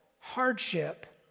hardship